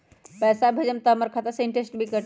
पैसा भेजम त हमर खाता से इनटेशट भी कटी?